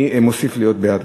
אני מוסיף להיות בעד,